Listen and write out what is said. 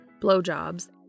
Blowjobs